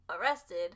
arrested